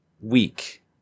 weak